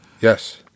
yes